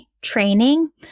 training